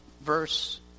verse